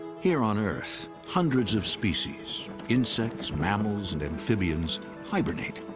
here on earth, hundreds of species insects, mammals, and amphibians hibernate,